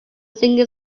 singing